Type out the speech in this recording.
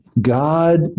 God